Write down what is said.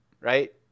right